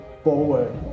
forward